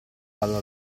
palla